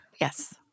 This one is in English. Yes